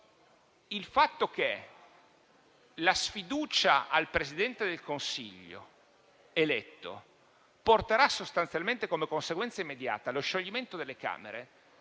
per cui la sfiducia al Presidente del Consiglio eletto porterà sostanzialmente, come conseguenza immediata, allo scioglimento delle Camere